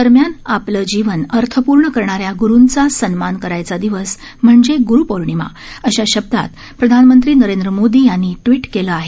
दरम्यान आपलं जीवन अर्थपूर्ण करणा या ग्रुंचा सन्मान करायचा दिवस म्हणजे ग्रूपौर्णिमा अशा शब्दात प्रधानमंत्री नरेंद्र मोदी यांनी ट्विट केलं आहे